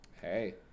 Hey